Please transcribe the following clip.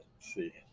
see